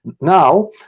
now